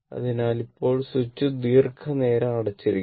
അതിനാൽ ഇപ്പോൾ സ്വിച്ച് ദീർഘനേരം അടച്ചിരിക്കുന്നു